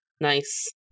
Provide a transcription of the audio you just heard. Nice